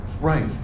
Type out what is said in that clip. Right